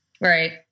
Right